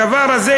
הדבר הזה,